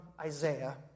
Isaiah